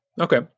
okay